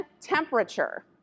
temperature